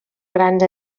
grans